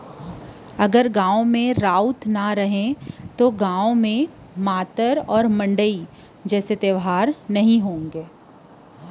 राउत के नइ लगे ले गाँव म मातर मड़ई ह नइ होय बर धरय